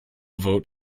vote